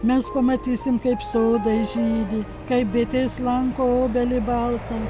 mes pamatysim kaip sodai žydi kaip bitės lanko obelį baltą